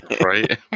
Right